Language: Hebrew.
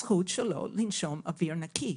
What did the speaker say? הזכות שלו לנשום אוויר נקי.